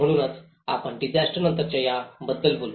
म्हणूनच आपण डिसास्टर नंतरच्या या बद्दल बोलू